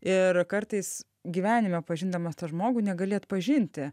ir kartais gyvenime pažindamas tą žmogų negali atpažinti